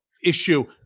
Issue